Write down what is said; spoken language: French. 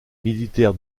militaires